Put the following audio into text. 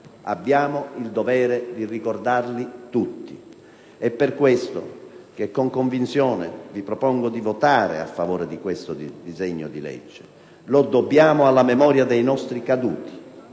Abbiamo il dovere di ricordarli tutti. È per questo che, con convinzione, vi propongo di votare a favore di questo disegno di legge. Lo dobbiamo alla memoria dei nostri caduti.